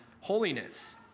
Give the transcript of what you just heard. holiness